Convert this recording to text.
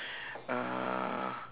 uh